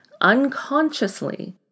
unconsciously